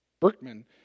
Berkman